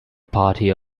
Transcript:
party